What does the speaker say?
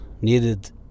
needed